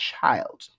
child